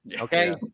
Okay